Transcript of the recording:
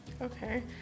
Okay